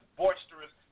boisterous